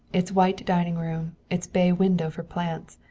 its white dining room, its bay window for plants,